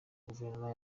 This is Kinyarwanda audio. guverinoma